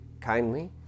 kindly